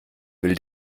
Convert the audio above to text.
will